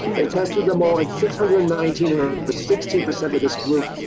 they tested them all, and six hundred and nineteen or or sixteen percent of this group